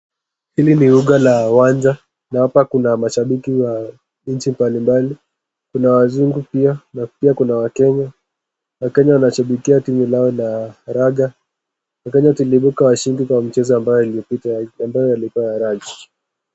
Hili ni uga la uwanja na hapa kuna mashabiki wa nchi mbalimbali kuna wazungu pia na kuna wakenya. Wakenya wanashabikia timu lao ya raga wakenya tuliibuka washindi kwa mchezo iliyopita ambayo ilikuwa ya raga.